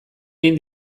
egin